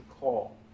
call